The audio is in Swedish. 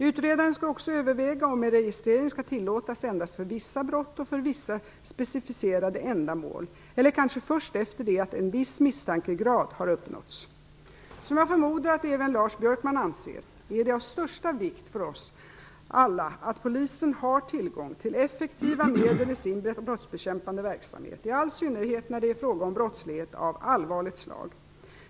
Utredaren skall också överväga om en registrering skall tillåtas endast för vissa brott och för vissa specificerade ändamål eller kanske först efter det att en viss misstankegrad har uppnåtts. Som jag förmodar att även Lars Björkman anser, är det av största vikt för oss alla att polisen har tillgång till effektiva medel i sin brottsbekämpande verksamhet, i all synnerhet när det är fråga om brottslighet av allvarligt slag.